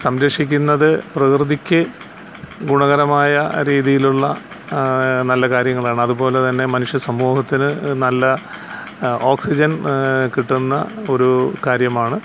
സംരക്ഷിക്കുന്നത് പ്രകൃതിക്കു ഗുണകരമായ രീതിയിലുള്ള നല്ല കാര്യങ്ങളാണ് അതുപോലെ തന്നെ മനുഷ്യ സമൂഹത്തിനു നല്ല ഓക്സിജൻ കിട്ടുന്ന ഒരു കാര്യമാണ്